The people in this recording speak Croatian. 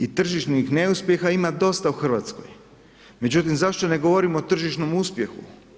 I tržišnih neuspjeha ima dosta u Hrvatskoj međutim zašto ne govorimo o tržišnom uspjehu?